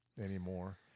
anymore